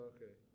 Okay